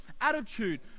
attitude